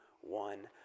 one